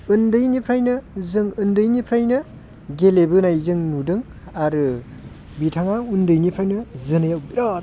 उन्दैनिफ्रायनो जों उन्दैनिफ्रायनो गेलेबोनाय जों नुदों आरो बिथाङा उन्दैनिफ्रायनो जोनायाव बिरात